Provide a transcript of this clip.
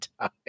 time